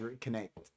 connect